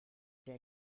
der